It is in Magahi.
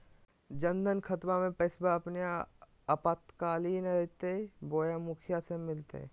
जन धन खाताबा में पैसबा अपने आपातकालीन आयते बोया मुखिया से मिलते?